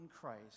Christ